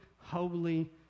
holy